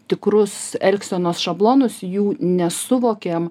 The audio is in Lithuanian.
tikrus elgsenos šablonus jų nesuvokiam